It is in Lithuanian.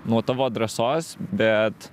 nuo tavo drąsos bet